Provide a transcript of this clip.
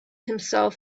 himself